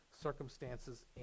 circumstances